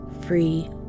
free